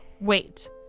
Wait